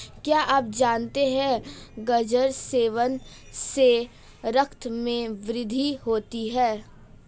क्या आप जानते है गाजर सेवन से रक्त में वृद्धि होती है?